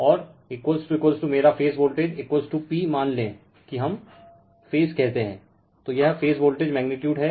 और मेरा phase voltage p मान ले कि हम फेज कहते हैं तो यह फेज वोल्टेज मैग्नीटयूड है